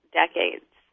decades